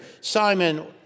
simon